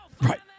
Right